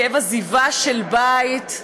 כאב עזיבה של בית,